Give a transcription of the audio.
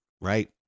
right